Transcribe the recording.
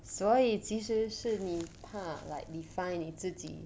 所以其实是你怕 like 你 find 你自己